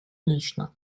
лично